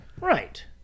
Right